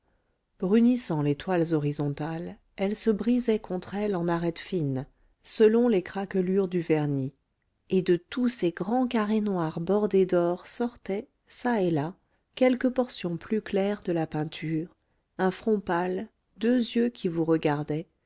les toiles horizontales elle se brisait contre elles en arêtes fines selon les craquelures du vernis et de tous ces grands carrés noirs bordés d'or sortaient çà et là quelque portion plus claire de la peinture un front pâle deux yeux qui vous regardaient